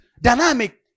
dynamic